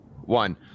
one